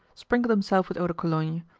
sprinkled himself with eau-de-cologne,